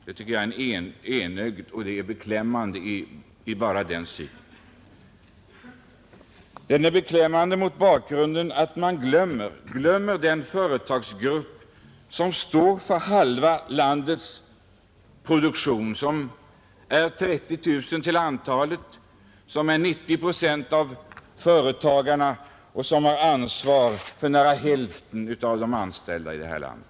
Det är en enligt min mening både enögd och beklämmande syn på saken. Den är beklämmande mot bakgrunden av att man glömmer den företagsgrupp som står för halva landets produktion. Den omfattar 30 000 företag och representerar 90 procent av alla företagare samt har ansvar för nästan hälften av de anställda i detta land.